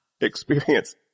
experience